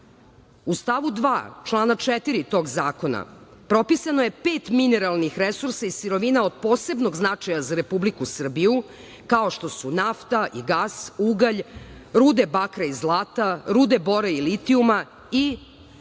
U stavu 2. člana 4. tog zakona propisano je pet mineralnih resursa i sirovina od posebnog značaja za Republiku Srbiju kao što su nafta i gas, ugalj, rude bakra i zlata, rude bora i litijuma i